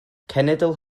cenedl